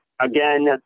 Again